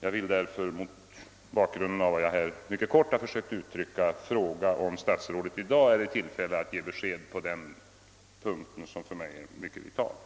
Jag vill därför fråga om statsrådet i dag är i tillfälle att lämna ett besked på denna punkt som för mig är mycket central.